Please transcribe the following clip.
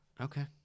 Okay